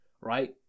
right